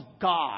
God